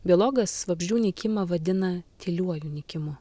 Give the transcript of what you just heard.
biologas vabzdžių nykimą vadina tyliuoju nykimu